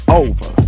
over